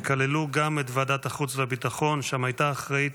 שכללו גם את ועדת החוץ והביטחון, שם הייתה אחראית